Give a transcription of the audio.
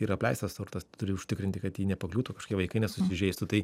yra apleistas turtas turi užtikrinti kad jį nepakliūtų vaikai nesusižeistų tai